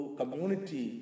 community